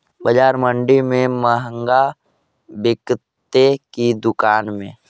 प्याज मंडि में मँहगा बिकते कि दुकान में?